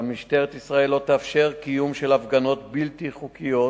שמשטרת ישראל לא תאפשר קיום הפגנות בלתי חוקיות,